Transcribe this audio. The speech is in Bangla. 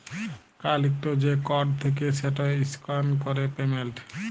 কাল ইকট যে কড থ্যাকে সেট ইসক্যান ক্যরে পেমেল্ট